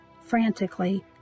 frantically